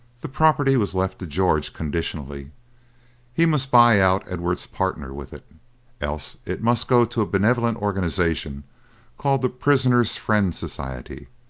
the property was left to george conditionally he must buy out edward's partner with it else it must go to a benevolent organization called the prisoner's friend society.